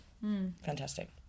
Fantastic